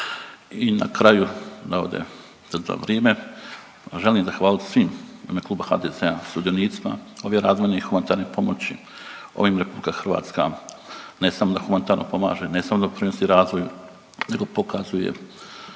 I na kraju … želim zahvaliti svim u ime kluba HDZ-a sudionicima ove razvojne i humanitarne pomoći, ovime RH ne samo da humanitarno pomaže, ne samo da doprinosi razvoju nego i pokazuje